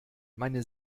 meine